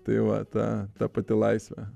tai va ta ta pati laisvė